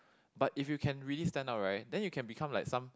but if you can really stand out right then you can become like some